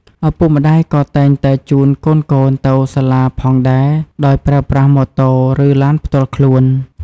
ឪពុកម្តាយក៏តែងតែជូនកូនៗទៅសាលាផងដែរដោយប្រើប្រាស់ម៉ូតូឬឡានផ្ទាល់ខ្លួន។